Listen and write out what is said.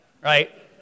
right